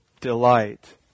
delight